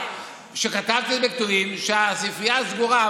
שכתבת לי בכתובים שהספרייה סגורה.